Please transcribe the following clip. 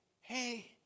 Hey